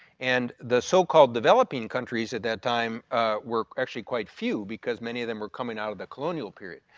and the so called developing countries at that time were actually quite few because many of them were coming out of the colonial period.